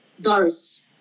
Doris